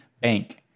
bank